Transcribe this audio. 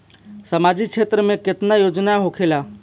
सामाजिक क्षेत्र में केतना योजना होखेला?